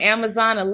Amazon